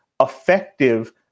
effective